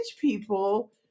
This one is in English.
people